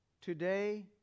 Today